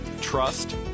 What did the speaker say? trust